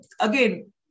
again